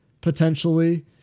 potentially